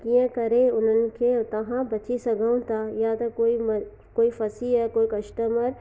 कीअं करे उन्हनि खे उतां खां बची सघूं था या त कोई म कोई फसी आहे कोई कस्टमर